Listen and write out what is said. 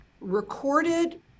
recorded